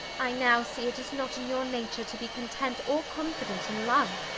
i now see it is not in your nature to be content or confident in love.